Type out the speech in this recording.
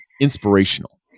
inspirational